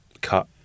cut